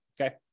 okay